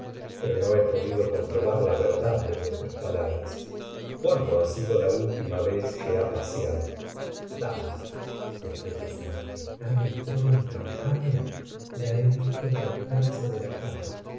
pero no he podido comprobar la verdad de vuestras palabras cuándo ha sido la última vez que ha paseado dama desde que su majestad entró en campaña la he visto levantarse de la cama